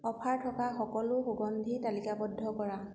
offer থকা সকলো সুগন্ধি তালিকাবদ্ধ কৰা